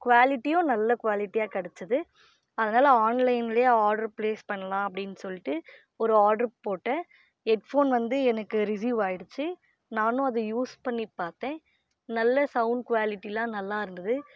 குவாலிட்டியும் நல்ல குவாலிட்டியாக கிடச்சிது அதனால் ஆன்லைன்லேயே ஆர்டர் ப்ளேஸ் பண்ணலாம் அப்படின்னு சொல்லிட்டு ஒரு ஆர்டர் போட்டேன் ஹெட்போன் வந்து எனக்கு ரிஸீவ் ஆகிடுத்து நானும் அதை யூஸ் பண்ணி பார்த்தேன் நல்ல சவுண்ட் குவாலிட்டிலாம் நல்லா இருந்தது